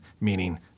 meaning